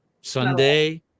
Sunday